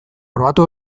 probatu